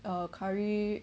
uh curry